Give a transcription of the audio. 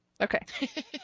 Okay